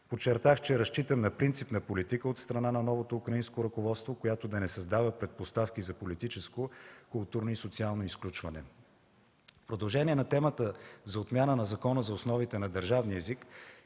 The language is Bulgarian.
Подчертах, че разчитам на принципна политика от страна на новото украинско ръководство, която да не създава предпоставки за политическо, културно и социално изключване. В продължение на темата за отмяна на Закона за основите на държавния език